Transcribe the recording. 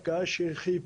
שני,